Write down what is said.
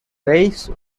race